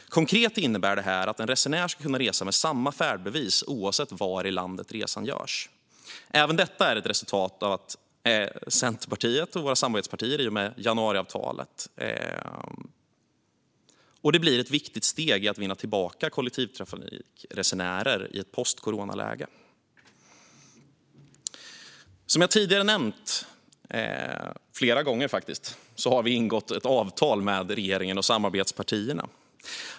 Konkret innebär det att en resenär ska kunna resa med samma färdbevis oavsett var i landet som resan görs. Även detta är ett resultat av januariavtalet mellan Centerpartiet och våra samarbetspartier. Det blir ett viktigt steg i att vinna tillbaka kollektivtrafikresenärer i ett postcoronaläge. Som jag tidigare nämnt flera gånger har vi ingått ett avtal med regeringen och samarbetspartierna.